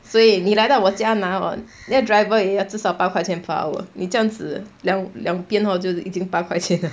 所以你来到我家拿 hor 那个 driver 也至少八块钱 per hour 你这样子两两边 hor 就已经八块钱了